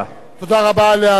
תודה רבה לשר,